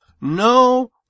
no